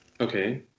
Okay